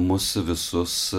mus visus